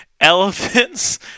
elephants